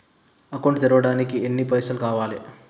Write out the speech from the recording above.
Account తెరవడానికి ఎన్ని పైసల్ కావాలే?